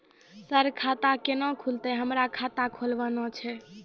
Sir खाता केना खुलतै, हमरा खाता खोलवाना छै?